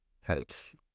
helps